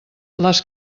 les